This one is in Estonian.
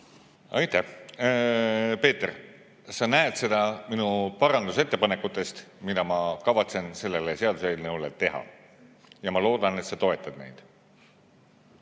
Aitäh! Peeter, sa näed seda minu parandusettepanekutest, mida ma kavatsen selles seaduseelnõus muuta. Ja ma loodan, et sa toetad neid.